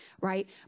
right